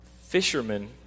Fishermen